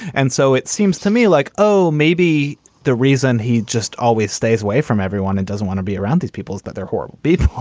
and so it seems to me like, oh, maybe the reason he just always stays away from everyone and doesn't want to be around these people is that their heart beats,